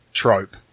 trope